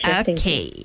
okay